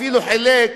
אפילו חילק